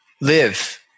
live